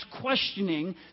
questioning